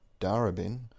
Darabin